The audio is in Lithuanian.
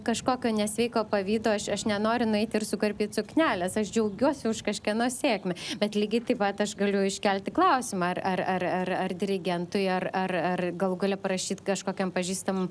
kažkokio nesveiko pavydo aš aš nenoriu nueiti ir sukarpyt suknelės aš džiaugiuosi už kažkieno sėkmę bet lygiai taip pat aš galiu iškelti klausimą ar ar ar ar ar dirigentui ar ar ar galų gale parašyt kažkokiam pažįstamam